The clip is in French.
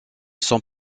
son